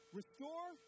restore